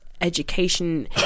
education